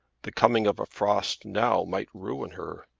the coming of a frost now might ruin her.